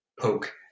poke